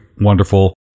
wonderful